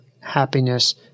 happiness